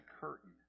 curtain